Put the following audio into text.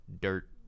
dirt